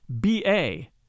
B-A